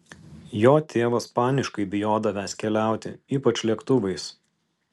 jo tėvas paniškai bijodavęs keliauti ypač lėktuvais